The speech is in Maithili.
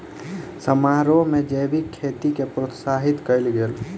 समारोह में जैविक खेती के प्रोत्साहित कयल गेल